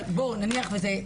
אבל בואו, נניח לזה.